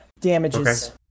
Damages